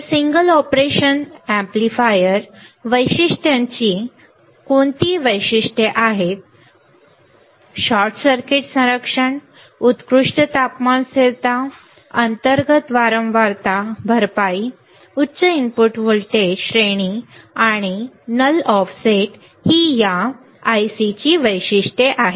तर single operation amplifier वैशिष्ट्यांची वैशिष्ट्ये कोणती आहेत शॉर्ट सर्किट संरक्षण उत्कृष्ट तापमान स्थिरता अंतर्गत वारंवारता भरपाई उच्च इनपुट व्होल्टेज श्रेणी आणि नल ऑफसेट ही या विशिष्ट I C ची वैशिष्ट्ये आहेत